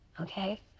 Okay